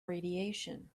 radiation